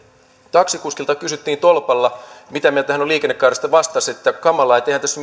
taksikuskilta kysyttiin tolpalla mitä mieltä hän on liikennekaaresta hän vastasi että kamalaa eihän tässä